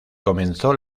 comenzó